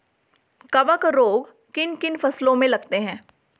कवक रोग किन किन फसलों में लगते हैं?